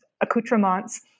accoutrements